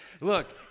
Look